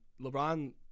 LeBron